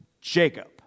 Jacob